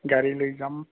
গাড়ী লৈ যাম